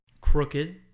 crooked